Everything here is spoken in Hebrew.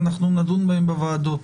ואנחנו נדון בהן בוועדות.